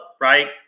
right